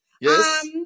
Yes